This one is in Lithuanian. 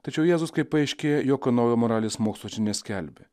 tačiau jėzus kaip paaiškėjo jokio naujo moralės mokslo čia neskelbia